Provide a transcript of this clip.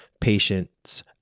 patients